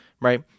right